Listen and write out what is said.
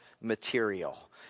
material